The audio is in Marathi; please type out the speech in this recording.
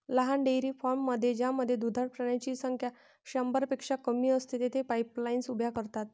लहान डेअरी फार्ममध्ये ज्यामध्ये दुधाळ प्राण्यांची संख्या शंभरपेक्षा कमी असते, तेथे पाईपलाईन्स उभ्या करतात